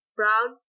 brown